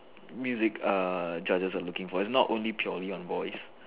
music err judges are looking for is not only purely on voice